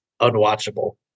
unwatchable